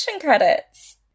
credits